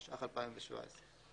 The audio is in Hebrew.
התשע"ח-2017".